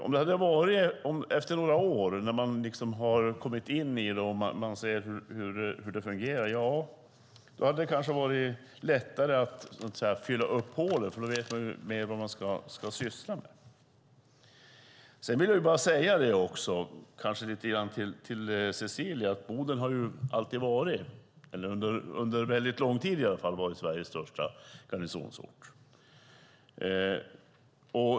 Om det hade varit efter några år, när man kommit in i det och ser hur det fungerar, hade det kanske varit lättare att fylla upp hålen, för då vet man mer vad man ska syssla med. Jag vill också säga, kanske lite grann till Cecilia, att Boden under väldigt lång tid har varit Sveriges största garnisonsort.